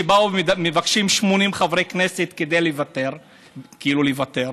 שבאו ומבקשים 80 חברי כנסת כדי כאילו לוותר,